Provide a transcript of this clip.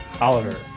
Oliver